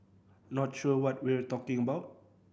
not sure what we're talking about